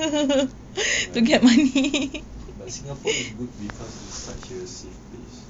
ya but but singapore is good because it's such a safe place